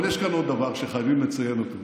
אבל יש כאן עוד דבר שחייבים לציין אותו,